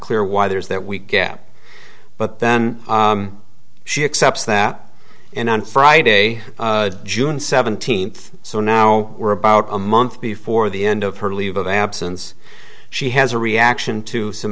clear why there's that we gap but then she accepts that and on friday june seventeenth so now we're about a month before the end of her leave of absence she has a reaction to some